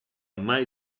mai